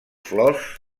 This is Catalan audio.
flors